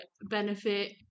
benefit